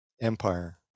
empire